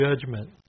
judgment